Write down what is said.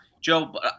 Joe